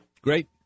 Great